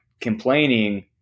complaining